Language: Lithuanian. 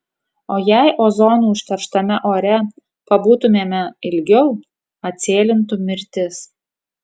o jei ozonu užterštame ore pabūtumėme ilgiau atsėlintų mirtis